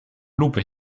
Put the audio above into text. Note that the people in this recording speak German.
lupe